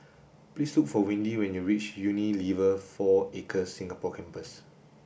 please look for Windy when you reach Unilever Four Acres Singapore Campus